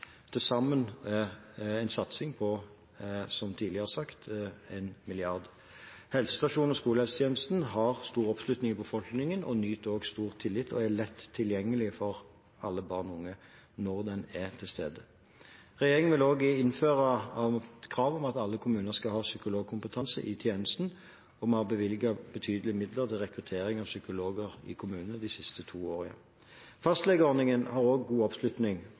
en satsing på til sammen 1 mrd. kr, som sagt tidligere. Helsestasjonen og skolehelsetjenesten har stor oppslutning i befolkningen, nyter stor tillit og er lett tilgjengelig for alle barn og unge, når den er til stede. Regjeringen vil også innføre krav om at alle kommuner skal ha psykologkompetanse i tjenesten, og vi har bevilget betydelige midler til rekruttering av psykologer i kommunene de siste to årene. Fastlegeordningen har også god oppslutning.